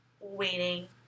waiting